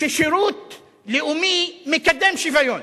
ששירות לאומי מקדם שוויון.